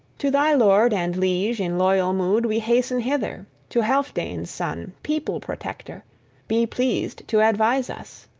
to thy lord and liege in loyal mood we hasten hither, to healfdene's son, people-protector be pleased to advise us!